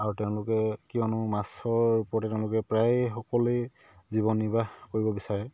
আৰু তেওঁলোকে কিয়নো মাছৰ ওপৰতে তেওঁলোকে প্ৰায় সকলেই জীৱন নিৰ্বাহ কৰিব বিচাৰে